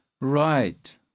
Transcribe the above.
Right